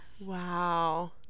wow